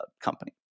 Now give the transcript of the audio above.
company